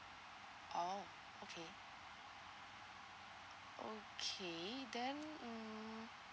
oh okay okay then hmm